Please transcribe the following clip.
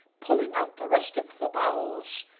pulling out the rest of the bowels,